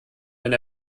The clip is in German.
wenn